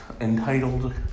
entitled